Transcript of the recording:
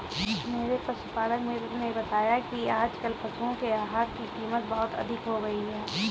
मेरे पशुपालक मित्र ने बताया कि आजकल पशुओं के आहार की कीमत बहुत अधिक हो गई है